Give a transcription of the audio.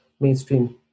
mainstream